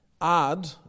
add